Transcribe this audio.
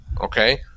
Okay